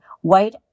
white